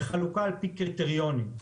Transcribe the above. בחלוקה על פי קריטריונים.